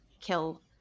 kill